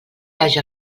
haja